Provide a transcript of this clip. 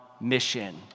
mission